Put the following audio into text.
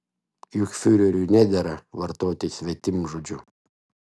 juk fiureriui nedera vartoti svetimžodžių